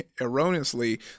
erroneously